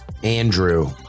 Andrew